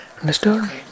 Understood